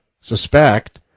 suspect